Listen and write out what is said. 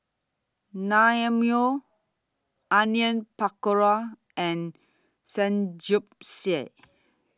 Naengmyeon Onion Pakora and Samgyeopsal